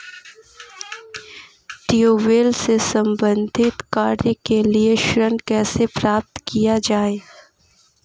Tubewell से संबंधित कार्य के लिए ऋण कैसे प्राप्त किया जाए?